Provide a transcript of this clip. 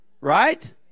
Right